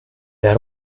der